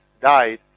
died